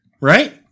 right